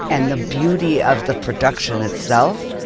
and the beauty of the production itself.